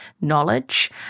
knowledge